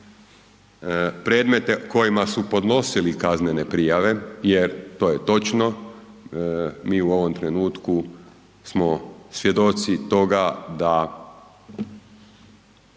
predmete o kojima su podnosili kaznene prijave je to je točno, mi u ovom trenutku smo svjedoci toga da